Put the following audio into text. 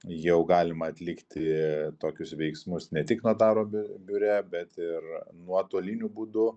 jau galima atlikti tokius veiksmus ne tik notaro biure bet ir nuotoliniu būdu